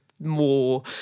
more